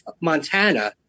Montana